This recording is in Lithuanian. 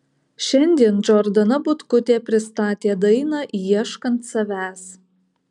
šiandien džordana butkutė pristatė dainą ieškant savęs